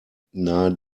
nahe